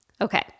Okay